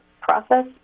process